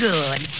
Good